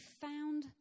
found